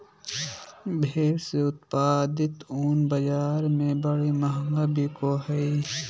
भेड़ से उत्पादित ऊन बाज़ार में बड़ी महंगा बिको हइ